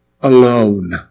alone